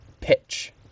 pitch